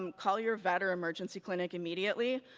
um call your vet or emergency clinic immediately.